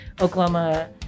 Oklahoma